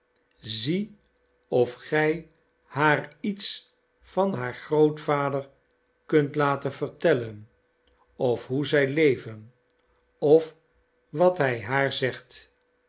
zie of gij haar iets van haar grootvader kunt laten vertellen of hoe zij leven of wat hij haar zegt